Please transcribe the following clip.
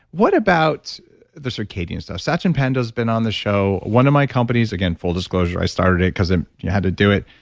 what about the circadian stuff? satchin panda's been on the show, one of my companies. again, full disclosure, i started it because you had to do it.